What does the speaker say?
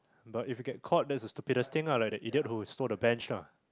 but if you get court that the stupidest thing lah like they it did who for the bench lah